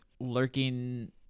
lurking